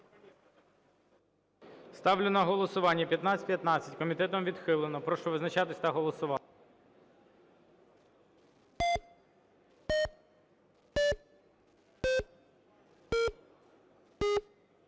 Ставлю на голосування 1924. Комітетом відхилено. Прошу визначатись та голосувати.